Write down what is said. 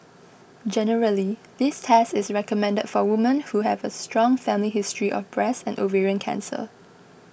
generally this test is recommended for women who have a strong family history of breast and ovarian cancer